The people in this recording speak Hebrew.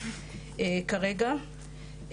כרגע,